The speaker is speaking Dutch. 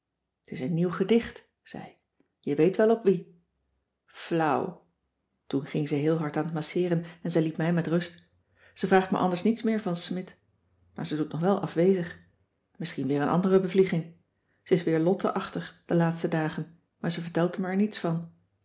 t is een nieuw gedicht zei ik je weet wel op wie flauw toen ging ze heel hard aan t masseeren en ze liet mij met rust ze vraagt me anders niets meer van smidt maar ze doet nog wel afwezig misschien weer een andere bevlieging ze is weer lotte achtig de laatste dagen maar ze vertelt er me niets van